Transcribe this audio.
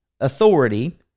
authority